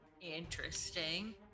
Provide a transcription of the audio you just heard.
Interesting